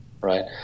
right